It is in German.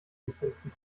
lizenzen